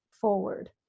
forward